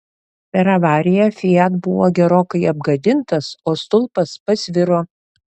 per avariją fiat buvo gerokai apgadintas o stulpas pasviro